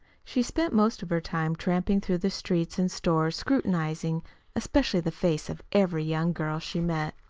she spent most of her time tramping through the streets and stores, scrutinizing especially the face of every young girl she met.